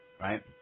right